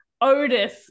otis